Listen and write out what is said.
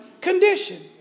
condition